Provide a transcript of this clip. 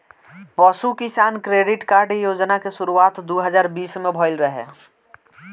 पशु किसान credit card योजना के शुरुआत दू हज़ार बीस में भइल रहे